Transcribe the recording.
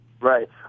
Right